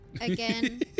again